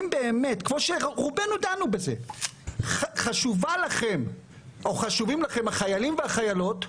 כמו שרובנו דנו בזה, חשובים לכם החיילים והחיילות,